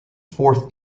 fourth